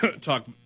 talk